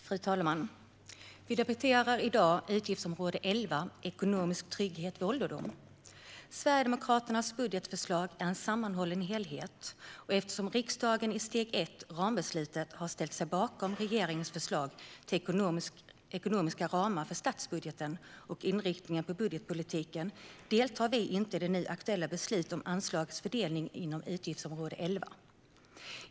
Fru talman! Vi debatterar i dag utgiftsområde 11, Ekonomisk trygghet vid ålderdom. Sverigedemokraternas budgetförslag är en sammanhållen helhet, och eftersom riksdagen i steg ett, rambeslutet, har ställt sig bakom regeringens förslag till ekonomiska ramar för statsbudgeten och inriktning på budgetpolitiken deltar vi inte i det nu aktuella beslutet om anslagens fördelning inom utgiftsområde 11.